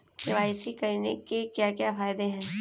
KYC करने के क्या क्या फायदे हैं?